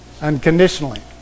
unconditionally